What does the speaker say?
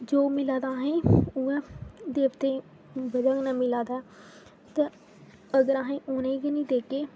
जो मिलादा असें ई उ'ऐ देवतें दी बजह् कन्नै मिला दा ऐ ते अगर अहे्ं उ'नें गी नेईं देगे